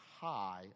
high